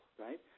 right